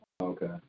Okay